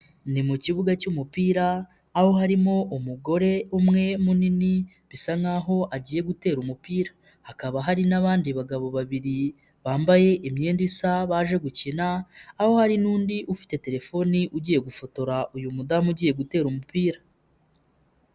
Ni mu kibuga cy'umupira aho harimo umugore umwe munini bisa nkaho agiye gutera umupira, hakaba hari n'abandi bagabo babiri bambaye imyenda isa baje gukina, aho hari n'undi ufite telefoni ugiye gufotora uyu mudamu ugiye gutera umupira.